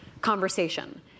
conversation